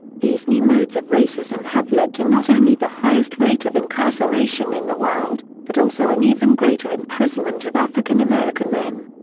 these new modes of racism have led to not only the highest rate of incarceration in the world, but also an even greater imprisonment of african american men.